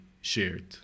shared